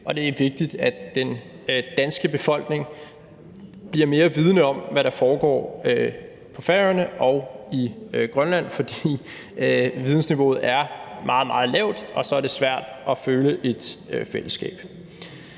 og det er vigtigt, at den danske befolkning bliver mere vidende om, hvad der foregår på Færøerne og i Grønland, for vidensniveauet er meget, meget lavt, og så er det svært at føle et fællesskab.